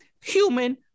human